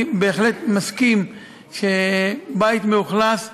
אני בהחלט מסכים שבית מאוכלס,